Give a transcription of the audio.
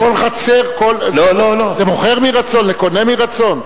כל חצר, זה מוכר מרצון, לקונה מרצון?